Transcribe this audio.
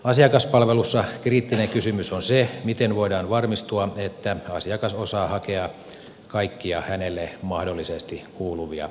asiakaspalvelussa kriittinen kysymys on se miten voidaan varmistua että asiakas osaa hakea kaikkia hänelle mahdollisesti kuuluvia etuuksia